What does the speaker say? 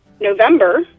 November